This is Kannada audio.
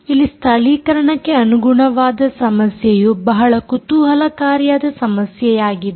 ಇಲ್ಲಿ ಸ್ಥಳೀಕರಣಕ್ಕೆ ಅನುಗುಣವಾದ ಸಮಸ್ಯೆಯು ಬಹಳ ಕುತೂಹಲಕಾರಿಯಾದ ಸಮಸ್ಯೆಯಾಗಿದೆ